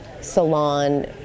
salon